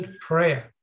prayer